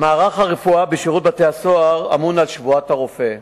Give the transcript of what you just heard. מערך הרפואה בשירות בתי-הסוהר אמון על שבועת הרופא,